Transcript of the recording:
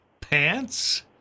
pants